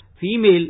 female